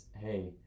hey